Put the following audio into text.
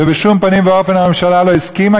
ובשום פנים ואופן הממשלה לא הסכימה,